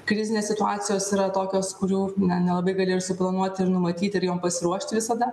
krizinės situacijos yra tokios kurių ne nelabai gali ir suplanuoti ir numatyti ir jom pasiruošt visada